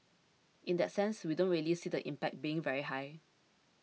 in that sense we don't really see the impact being very high